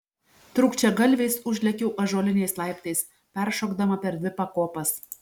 trūkčiagalviais užlėkiau ąžuoliniais laiptais peršokdama per dvi pakopas